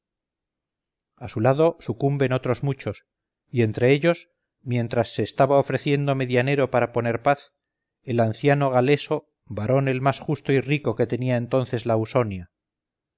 a su lado sucumben otros muchos y entre ellos mientras se estaba ofreciendo medianero para poner paz el anciano galeso varón el más justo y rico que tenía entonces la ausonia